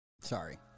Sorry